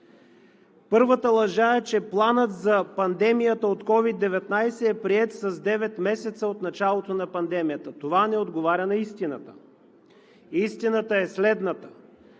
Първата лъжа е, че планът за пандемията от COVID-19 е приет девет месеца от началото на пандемията. Това не отговаря на истината. Истината е следната: